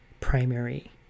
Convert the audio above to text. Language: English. primary